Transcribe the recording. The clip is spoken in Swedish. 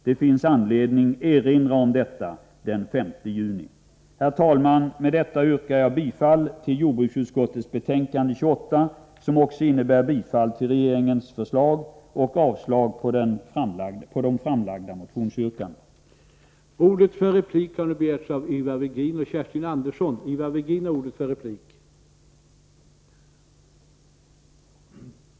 Det finns anledning att erinra om detta i dag den 5 juni. Herr talman! Med detta yrkar jag bifall till jordbruksutskottets hemställan i betänkande nr 28, vilket innebär bifall till regeringens förslag och avslag på de ställda motionsyrkandena.